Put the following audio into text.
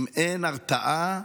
אם אין הרתעה,